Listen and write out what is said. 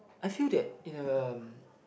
I feel that in a